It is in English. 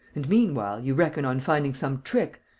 and meanwhile you reckon on finding some trick,